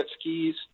skis